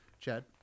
Chad